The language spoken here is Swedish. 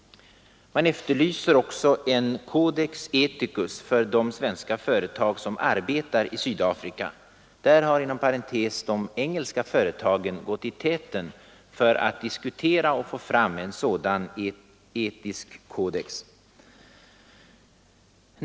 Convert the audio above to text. Man efterlyser också en codex ethicus för de svenska företag som arbetar i Sydafrika. Här har för övrigt de engelska företagen gått i täten för att diskutera och få fram en sådan codex ethicus.